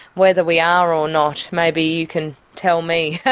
whether we are or not, maybe you can tell me ah